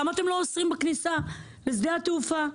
למה אתם לא אוסרים בכניסה של שדה התעופה?